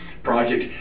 project